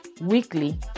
weekly